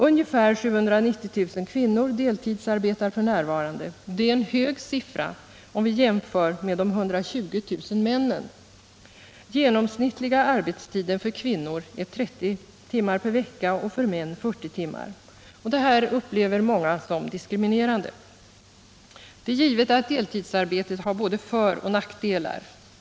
Ungefär 790 000 kvinnor deltidsarbetar f. n.; en hög siffra i jämförelse med de 120 000 männen. Genomsnittliga arbetstiden för kvinnor är 30 timmar per vecka, för män 40 timmar. Det här upplever många som diskriminerande. Det är givet att deltidsarbetet har både föroch nackdelar.